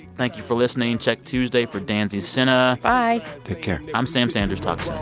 thank you for listening. check tuesday for danzy senna bye take care i'm sam sanders. talk